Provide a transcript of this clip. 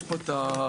יש פה את החלוקה.